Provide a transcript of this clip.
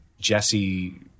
Jesse